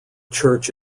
church